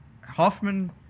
Hoffman